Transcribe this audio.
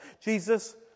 Jesus